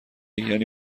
یعنی